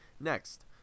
next